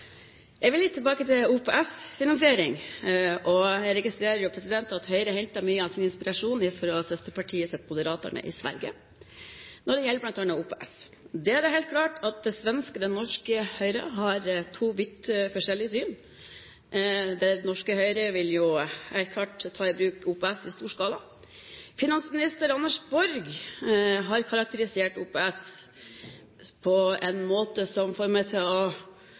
Jeg vil litt tilbake til OPS-finansiering. Jeg registrerer jo at Høyre har hentet mye av sin inspirasjon fra søsterpartiet Moderaterna i Sverige når det gjelder bl.a. OPS. Der er det helt klart at det svenske og det norske Høyre har to vidt forskjellige syn. Det norske Høyre vil helt klart ta i bruk OPS i stor skala. Finansminister Anders Borg har karakterisert OPS på en måte som